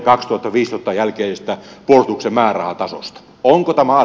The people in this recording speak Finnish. onko tämä asia näin karulla tavalla